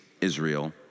Israel